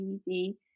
easy